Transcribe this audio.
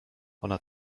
ona